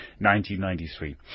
1993